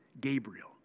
Gabriel